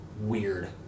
weird